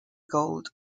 gold